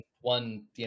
one